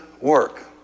work